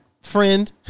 friend